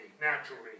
naturally